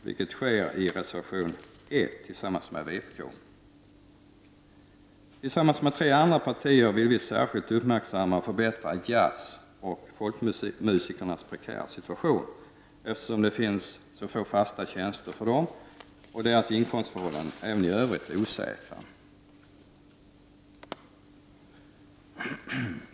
Detta framför vi tillsammans med vpk i reservation 1 i kulturutskottets betänkande 18. I reservation 2 i samma betänkande uppmärksammar vi, tillsammans med tre andra partier, jazzoch folkmusikernas prekära situation. Vi anser att deras situation skall förbättras. För dessa finns mycket få fasta tjänster, och deras inkomstförhållanden även i övrigt är osäkra.